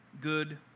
good